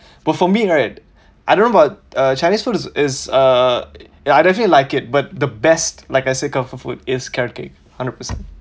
but for me right I don't know about uh chinese food is is uh I definitely like it but the best like I said comfort food is carrot cake hundred percent